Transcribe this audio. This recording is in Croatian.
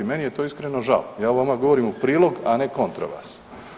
Meni je to iskreno žao, ja vama govorim u prilog, a ne kontra vas.